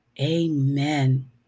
Amen